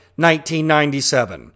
1997